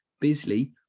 Bisley